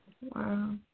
Wow